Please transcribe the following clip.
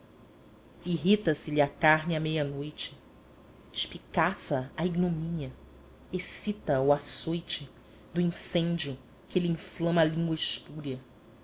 os ovários irrita se lhe a carne à meia-noite espicaça se a ignomínia excita a o acoite do incêndio que lha inflama a língua espúria